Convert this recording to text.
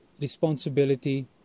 responsibility